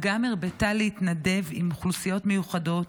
אגם הרבתה להתנדב עם אוכלוסיות מיוחדות